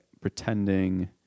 pretending